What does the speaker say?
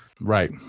Right